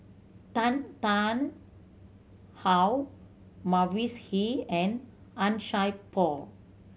Tan Tarn How Mavis Hee and Han Sai Por